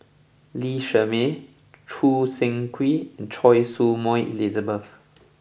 Lee Shermay Choo Seng Quee and Choy Su Moi Elizabeth